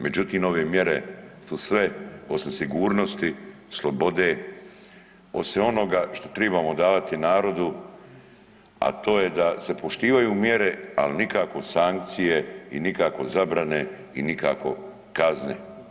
Međutim, ove mjere su sve osim sigurnosti, slobode, sve onoga što tribamo davati narodu, a to je da se poštivaju mjere ali nikako sankcije i nikako zabrane i nikako kazne.